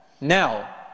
Now